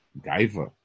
gaiva